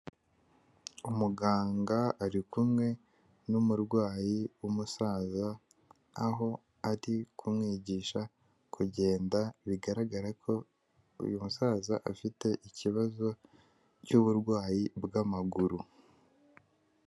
Umuganga ari kumwe n'umurwayi w'umusaza, aho ari kumwigisha kugenda, bigaragara ko uyu musaza afite ikibazo cy'uburwayi bw'amaguru.